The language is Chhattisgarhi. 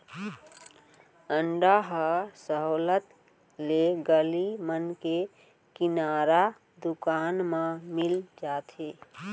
अंडा ह सहोल्लत ले गली मन के किराना दुकान म मिल जाथे